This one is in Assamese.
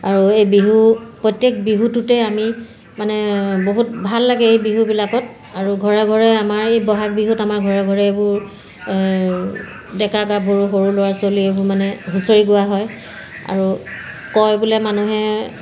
আৰু এই বিহু প্ৰত্যেক বিহুটোতে আমি মানে বহুত ভাল লাগে এই বিহুবিলাকত আৰু ঘৰে ঘৰে আমাৰ এই বহাগ বিহুত আমাৰ ঘৰে ঘৰে এইবোৰ এই ডেকা গাভৰু সৰু ল'ৰা ছোৱালী এইবোৰ মানে হুঁচৰি গোৱা হয় আৰু কয় বোলে মানুহে